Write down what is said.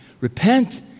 Repent